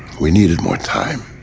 we needed more time.